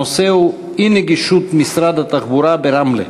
הנושא הוא: אי-נגישות משרד התחבורה ברמלה.